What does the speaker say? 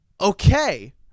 Okay